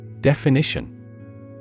Definition